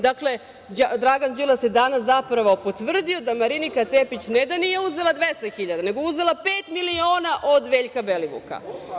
Dakle, Dragan Đilas se danas zapravo potvrdio da Marinika Tepić ne da nije uzela 200.000 nego je uzela pet miliona od Veljka Belivuka.